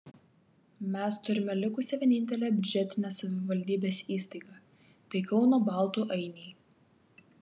mes turime likusią vienintelę biudžetinę savivaldybės įstaigą tai kauno baltų ainiai